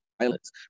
violence